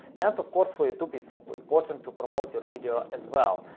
and of course, for youtube, it's important to promote your video as well.